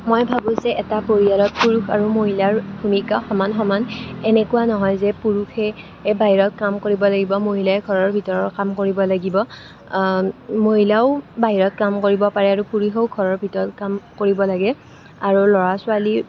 মই ভাবোঁ যে এটা পৰিয়ালত পুৰুষ আৰু মহিলাৰ ভূমিকা সমান সমান এনেকুৱা নহয় যে পুৰুষেই বাহিৰা কাম কৰিব লাগিব মহিলাই ঘৰৰ ভিতৰৰ কাম কৰিব লাগিব মহিলায়ো বাহিৰৰ কাম কৰিব পাৰে আৰু পুৰুষেও ঘৰৰ ভিতৰৰ কাম কৰিব লাগে আৰু ল'ৰা ছোৱালী